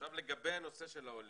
עכשיו לגבי הנושא של העולים,